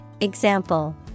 example